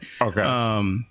Okay